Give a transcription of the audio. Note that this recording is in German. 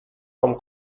vom